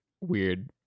weird